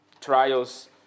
trials